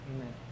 Amen